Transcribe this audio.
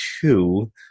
Two